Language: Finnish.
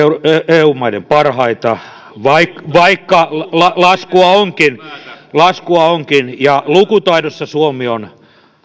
eu maiden parhaita vaikka vaikka laskua onkin laskua onkin ja lukutaidossa suomi on